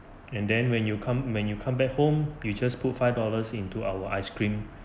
and then when you come when you come back home you just put five dollars into our ice cream